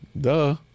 Duh